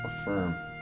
affirm